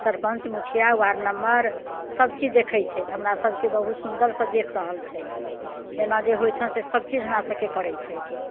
सरपञ्च मुखिया ward number सब चीज देखै छथि हमरा सबके बहुत सुन्दरसँ देख रहल छथि जेना जे होइ छनि से सबचीज हमरा सबके करै छथि